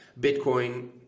bitcoin